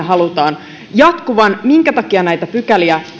halutaan jatkuvan ja sitä minkä takia näitä pykäliä